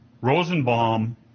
Rosenbaum